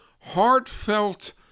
heartfelt